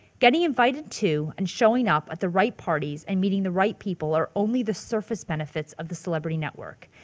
getting invited to and showing up at the right parties and meeting the right people are only the surface benefits of the celebrity network.